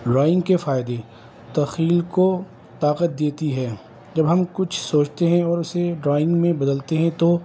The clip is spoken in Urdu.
ڈرائنگ کے فائدے تخیل کو طاقت دیتی ہے جب ہم کچھ سوچتے ہیں اور اسے ڈرائنگ میں بدلتے ہیں تو